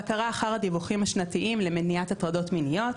בקרה אחר הדיווחים השנתיים למניעת הטרדות מיניות